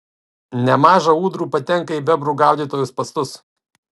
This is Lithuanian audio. nemaža ūdrų patenka į bebrų gaudytojų spąstus